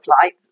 flight